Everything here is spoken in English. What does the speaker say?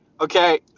Okay